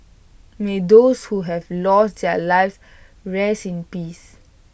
may those who have lost their lives rest in peace